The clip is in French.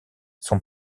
son